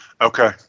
Okay